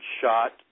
shot